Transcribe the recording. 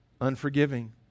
unforgiving